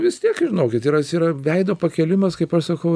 vis tiek žinokit yra jis veido pakėlimas kaip aš sakau